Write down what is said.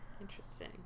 Interesting